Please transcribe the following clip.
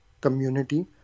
community